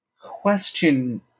Question